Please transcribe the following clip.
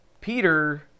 Peter